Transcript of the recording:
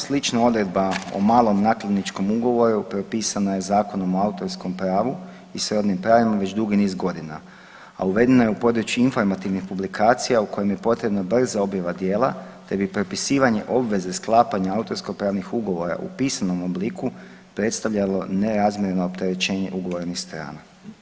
Slična odredba o malom nakladničkom ugovoru propisana je Zakonom o autorskom pravu i srodnim pravima već dugi niz godina, a uvedena je u područje informativnih publikacija u kojem je potrebna brza objava djela te bi propisivanje obveze sklapanja autorsko-pravnih ugovora u pisanom obliku predstavljalo nerazmjerno opterećenje ugovornih strana.